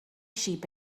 sheep